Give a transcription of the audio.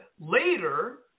later